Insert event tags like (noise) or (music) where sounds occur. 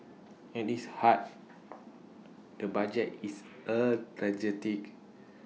at its heart (noise) the budget is A strategic